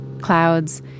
Clouds